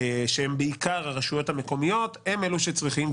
בעיקר הרשויות המקומיות, הם אלה שצריכים.